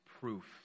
proof